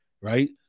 Right